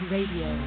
Radio